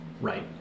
Right